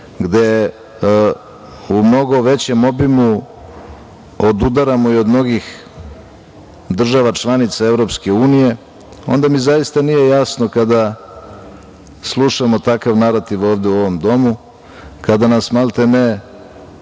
gde u mnogo većem obimu odudaramo i od mnogih država-članica Evropske unije, onda mi zaista nije jasno kada slušamo takav narativ ovde u ovom domu, kada nas maltene